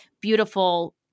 beautiful